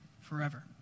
forever